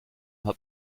hat